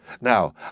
Now